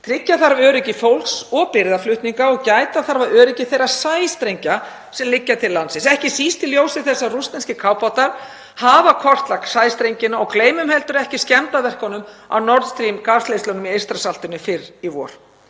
Tryggja þarf öryggi fólks og birgðaflutninga og gæta þarf að öryggi þeirra sæstrengja sem liggja til landsins, ekki síst í ljósi þess að rússneskir kafbátar hafa kortlagt sæstrengina og gleymum heldur ekki skemmdarverkunum á Nordstream-gasleiðslunum í Eystrasaltinu fyrr í vor.